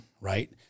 right